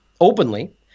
openly